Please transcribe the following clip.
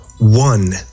One